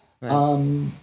Right